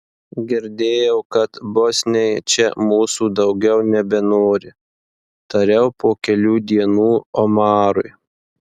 girdėjau kad bosniai čia mūsų daugiau nebenori tariau po kelių dienų omarui